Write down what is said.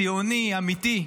ציוני אמיתי,